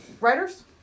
Writers